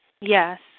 Yes